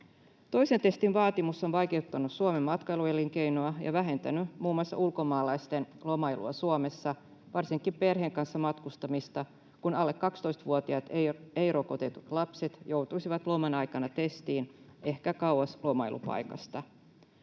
Toisen testin vaatimus on vaikeuttanut Suomen matkailuelinkeinoa ja vähentänyt muun muassa ulkomaalaisten lomailua Suomessa, varsinkin perheen kanssa matkustamista, kun alle 12‑vuotiaat ei-rokotetut lapset joutuisivat loman aikana testiin ehkä kauas lomailupaikasta.